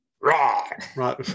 Right